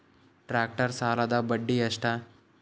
Tractor ಸಾಲದ್ದ ಬಡ್ಡಿ ಎಷ್ಟ?